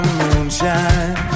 moonshine